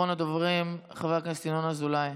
אחרון הדוברים, חבר הכנסת ינון אזולאי.